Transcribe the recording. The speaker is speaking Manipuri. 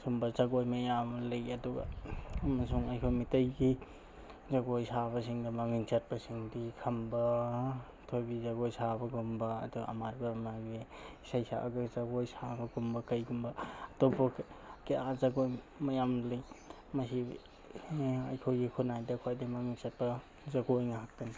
ꯑꯁꯨꯝꯕ ꯖꯒꯣꯏ ꯃꯌꯥꯝ ꯑꯃ ꯂꯩ ꯑꯗꯨꯒ ꯑꯃꯁꯨꯡ ꯑꯩꯈꯣꯏ ꯃꯩꯇꯩꯒꯤ ꯖꯒꯣꯏ ꯁꯥꯕꯁꯤꯡꯗ ꯃꯃꯤꯡ ꯆꯠꯄꯁꯤꯡꯗꯤ ꯈꯝꯕ ꯊꯣꯏꯕꯤ ꯖꯒꯣꯏ ꯁꯥꯕꯒꯨꯝꯕ ꯑꯗꯨꯒ ꯑꯃꯥꯏꯕ ꯑꯃꯥꯏꯕꯤ ꯏꯁꯩ ꯁꯛꯑꯒ ꯖꯒꯣꯏ ꯁꯥꯕꯒꯨꯝꯕ ꯀꯩꯒꯨꯝꯕ ꯑꯇꯣꯞꯄ ꯀꯌꯥ ꯖꯒꯣꯏ ꯃꯌꯥꯝ ꯂꯩ ꯃꯁꯤ ꯑꯩꯈꯣꯏꯒꯤ ꯈꯨꯟꯅꯥꯏꯗ ꯈ꯭ꯋꯥꯏꯗꯒꯤ ꯃꯃꯤꯡ ꯆꯠꯄ ꯖꯒꯣꯏ ꯉꯥꯛꯇꯅꯤ